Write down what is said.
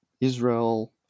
Israel